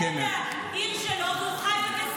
הוא לא ניהל את העיר שלו, והוא חי בקיסריה.